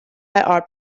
art